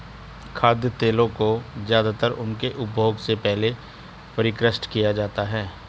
खाद्य तेलों को ज्यादातर उनके उपभोग से पहले परिष्कृत किया जाता है